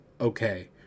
okay